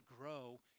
grow